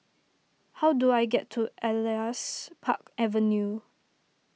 how do I get to Elias Park Avenue